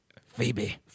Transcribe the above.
Phoebe